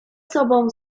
sobą